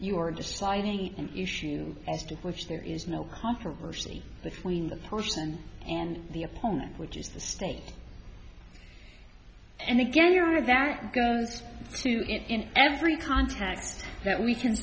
you're deciding issue as to which there is no controversy between the person and the opponent which is the state and again you're out of there and goes to every contact that we can